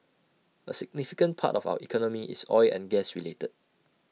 A significant part of our economy is oil and gas related